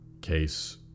case